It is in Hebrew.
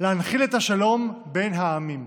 להנחיל את השלום בין העמים,